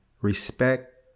respect